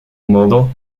model